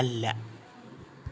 അല്ല